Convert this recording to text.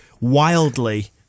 wildly